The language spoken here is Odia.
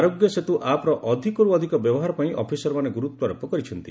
ଆରୋଗ୍ୟ ସେତୁ ଆପ୍ର ଅଧିକରୁ ଅଧିକ ବ୍ୟବହାର ପାଇଁ ଅଫିସରମାନେ ଗୁରୁତ୍ୱାରୋପ କରିଛନ୍ତି